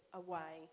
away